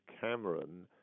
Cameron